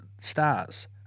stars